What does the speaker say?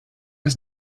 his